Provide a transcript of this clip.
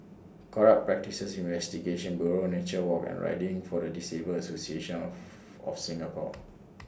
Corrupt Practices Investigation Bureau Nature Walk and Riding For The Disabled Association of of Singapore